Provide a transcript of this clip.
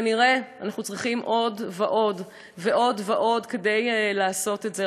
כנראה אנחנו צריכים עוד ועוד כדי לעשות את זה.